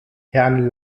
herrn